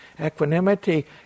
Equanimity